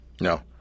No